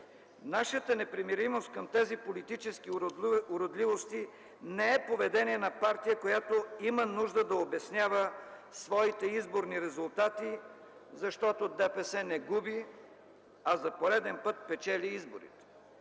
Нашата непримиримост към тези политически уродливости не е поведение на партия, която има нужда да обяснява своите изборни резултати, защото Движението за права и свободи не губи, а за пореден път печели изборите.